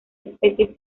especies